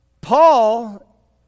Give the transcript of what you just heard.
Paul